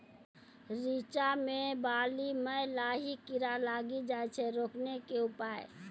रिचा मे बाली मैं लाही कीड़ा लागी जाए छै रोकने के उपाय?